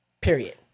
period